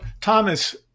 Thomas